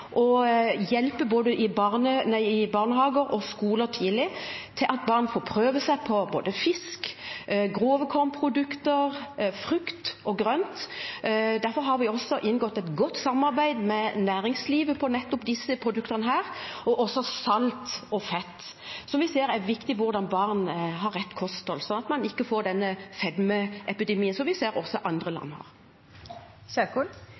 barnehager og skoler slik at barn får prøve seg på både fisk, grove kornprodukter og frukt og grønt. Derfor har vi inngått et godt samarbeid med næringslivet om nettopp disse produktene, også med tanke på salt og fett, som vi ser er viktig sett opp mot rett kosthold for barn, sånn at man ikke får denne fedmeepidemien som vi ser i andre